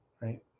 right